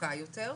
ארוכה יותר.